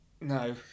No